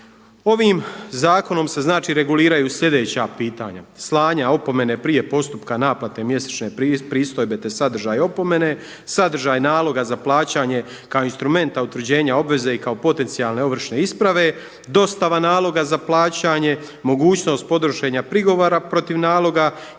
Ovim zakonom se znači reguliraju sljedeća pitanja: slanja opomene prije postupka naplate mjesečne pristojbe, te sadržaj opomene, sadržaj naloga za plaćanje kao instrumenta utvrđenja obveze i kao potencijalne ovršne isprave, dostava naloga za plaćanje, mogućnost podnošenja prigovora protiv naloga